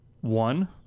One